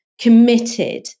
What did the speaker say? committed